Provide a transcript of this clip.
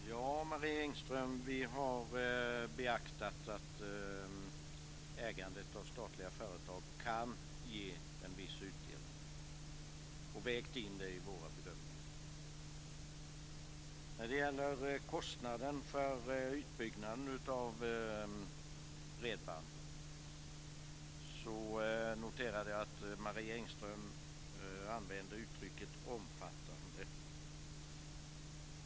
Fru talman! Ja, Marie Engström, vi har beaktat att ägandet av statliga företag kan ge en viss utdelning och vägt in det i våra bedömningar. När det gäller kostnaden för utbyggnaden av bredband noterade jag att Marie Engström använde uttrycket omfattande.